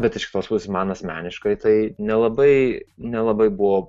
bet iš kitos pusės man asmeniškai tai nelabai nelabai buvo